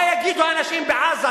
מה יגידו אנשים בעזה?